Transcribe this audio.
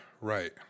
Right